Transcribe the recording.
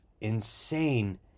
insane